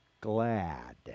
glad